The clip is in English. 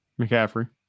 McCaffrey